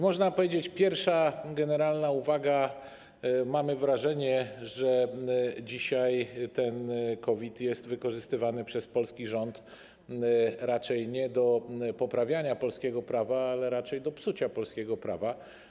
Można powiedzieć, że pierwsza generalna uwaga jest taka, że mamy wrażenie, że dzisiaj COVID jest wykorzystywany przez polski rząd nie do poprawiania polskiego prawa, ale raczej do psucia polskiego prawa.